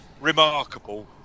remarkable